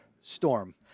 Storm